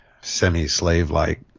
semi-slave-like